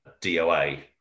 DOA